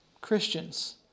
Christians